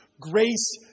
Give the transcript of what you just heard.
Grace